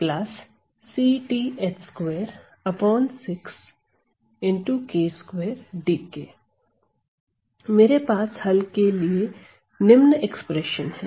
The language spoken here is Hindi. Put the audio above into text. तो अंततः मेरा हल मेरे पास हल के लिए निम्न एक्सप्रेशन है